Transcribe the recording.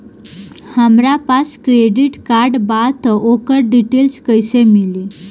हमरा पास credit card बा त ओकर डिटेल्स कइसे मिली?